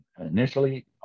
initially